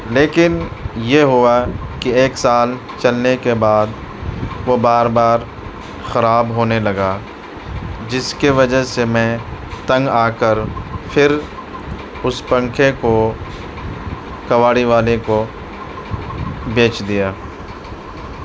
لیکن یہ ہوا کہ ایک سال چلنے کے بعد وہ بار بار خراب ہونے لگا جس کے وجہ سے میں تنگ آ کر پھر اس پنکھے کو کباڑی والے کو بیچ دیا